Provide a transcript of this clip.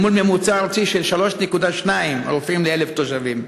מול ממוצע ארצי של 3.2 רופאים ל-1,000 תושבים.